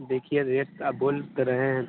देखिए रेट आप बोल तो रहे है